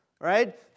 right